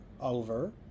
over